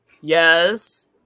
yes